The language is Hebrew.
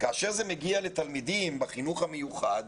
כאשר זה מגיע לתלמידים בחינוך המיוחד,